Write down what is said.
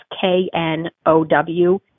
K-N-O-W